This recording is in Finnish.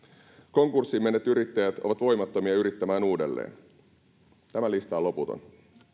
konkurssiin menneet yrittäjät ovat voimattomia yrittämään uudelleen tämä lista on loputon